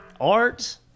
art